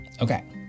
Okay